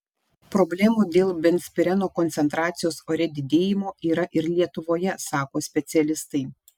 problemų dėl benzpireno koncentracijos ore didėjimo yra ir lietuvoje sako specialistai